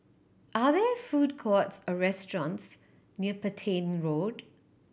are there food courts or restaurants near Petain Road